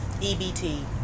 EBT